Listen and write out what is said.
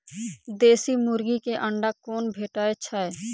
देसी मुर्गी केँ अंडा कोना भेटय छै?